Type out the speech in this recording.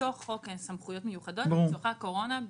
בתוך חוק סמכויות מיוחדות לצורכי הקורונה במיוחד.